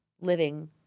living